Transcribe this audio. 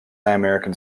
american